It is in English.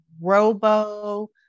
robo